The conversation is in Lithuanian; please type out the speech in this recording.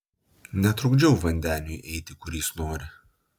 netrukdžiau vandeniui eiti kur jis nori